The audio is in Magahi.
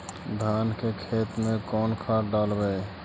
धान के खेत में कौन खाद डालबै?